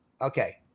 Okay